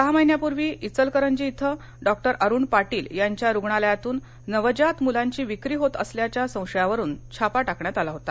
सहा महिन्यांपूर्वी इचलकरंजी इथं डॉक्टर अरुण पाटील यांच्या रुग्णालयातून नवजात मुलांची विक्री होत असल्याच्या संशयावरून छापा टाकण्यात आला होता